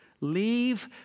Leave